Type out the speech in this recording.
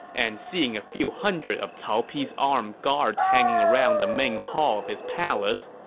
and seeing a few hundred of cao pi's armed guards hanging around the main hall of his palace,